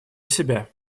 себя